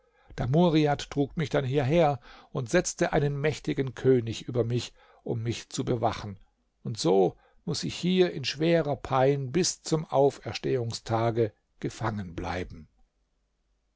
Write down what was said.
damuriat trug mich dann hierher und setzte einen mächtigen könig über mich um mich zu bewachen und so muß ich hier in schwerer pein bis zum auferstehungstage gefangen bleiben